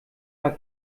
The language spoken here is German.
war